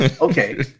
okay